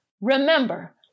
Remember